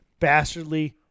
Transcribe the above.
bastardly